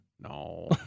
No